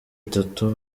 itatu